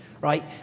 right